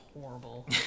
horrible